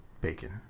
bacon